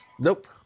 Nope